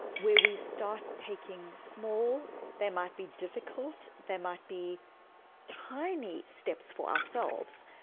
where we start taking small they might be difficult, they might be tiny steps for ourselves,